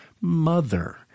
mother